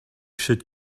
should